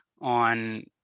on